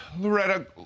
Loretta